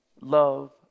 love